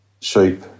sheep